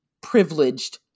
privileged